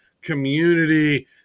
community